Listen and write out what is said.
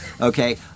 okay